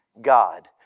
God